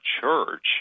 church